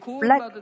black